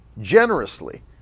generously